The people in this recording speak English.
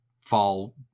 fall